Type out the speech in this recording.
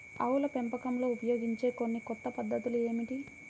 ఆవుల పెంపకంలో ఉపయోగించే కొన్ని కొత్త పద్ధతులు ఏమిటీ?